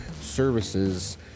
services